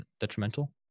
detrimental